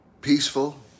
peaceful